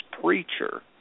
Preacher